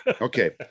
Okay